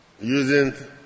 using